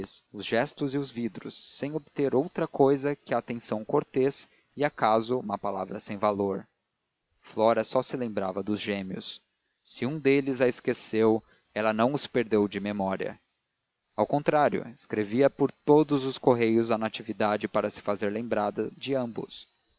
os gestos e os vidros sem obter outra cousa que a atenção cortês e acaso uma palavra sem valor flora só se lembrava dos gêmeos se nenhum deles a esqueceu ela não os perdeu de memória ao contrário escrevia por todos os correios a natividade para se fazer lembrada de ambos